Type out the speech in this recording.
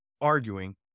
arguing